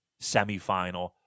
semifinal